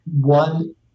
One